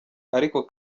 ariko